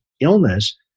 illness